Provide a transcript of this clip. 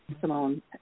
Simone